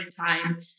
time